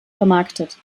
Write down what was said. vermarktet